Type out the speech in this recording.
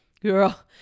girl